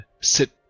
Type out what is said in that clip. sit